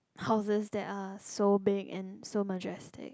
houses that are so big and so majestic